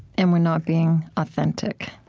and we're not being authentic.